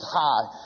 high